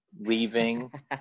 leaving